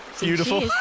beautiful